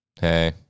Hey